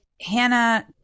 Hannah